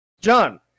John